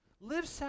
Live